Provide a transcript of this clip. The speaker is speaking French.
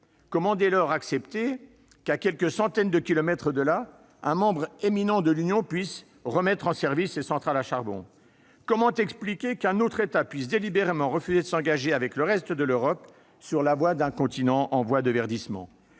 Comment, dès lors, accepter que, à quelques centaines de kilomètres de là, un membre éminent de l'Union puisse remettre en service ses centrales à charbon ? Comment expliquer qu'un autre État puisse délibérément refuser de s'engager avec le reste de l'Europe sur la voie d'un continent en voie de verdissement ?